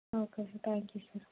okay sir thank you అయితే sir